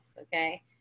okay